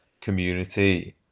community